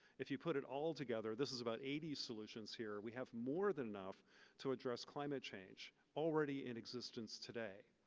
if you put it all together this is about eighty solutions here we have more than enough to address climate change, already in existence today.